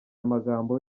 magambo